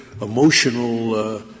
emotional